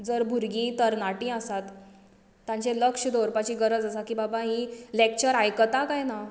जर भुरगीं तरनाटीं आसात तांचेर लक्ष दवरपाची गरज आसा की बाबा हीं लॅक्चर आयकता कांय ना